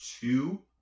two